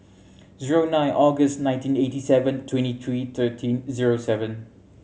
zero nine August nineteen eighty seven twenty three thirteen zero seven